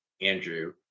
Andrew